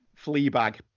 Fleabag